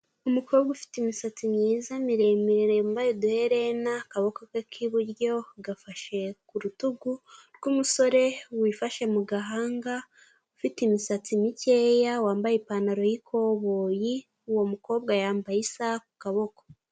Umukobwa ufite imisatsi myiza miremirere yambaye uduhere akaboko ke k'iburyo gafashe ku rutugu rw'umusore wifashe mu gahanga ufite imisatsi mikeya wambaye ipantaro y'ikoboyi uwo mukobwa yambaye isaha ku kaboko.